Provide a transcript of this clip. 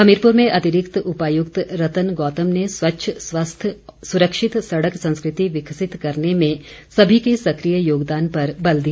हमीरपुर में अतिरिक्त उपायुक्त रतन गौतम ने स्वच्छ स्वस्थ सुरक्षित सड़क संस्कृति विकसित करने में सभी के सक्रिय योगदान पर बल दिया